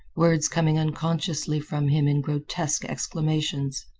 words coming unconsciously from him in grotesque exclamations.